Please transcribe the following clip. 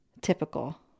Typical